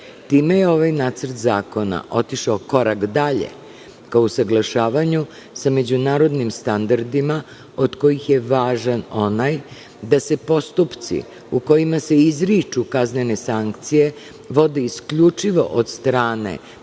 Time je ovaj nacrt zakona otišao korak dalje ka usaglašavanju sa međunarodnim standardima, od kojih je važan onaj da se postupci u kojima se izriču kaznene sankcije, vode isključivo od strane